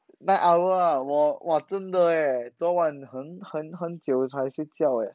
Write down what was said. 那 owl ah 我 !wah! 真的 eh 昨晚很很很久才睡觉 eh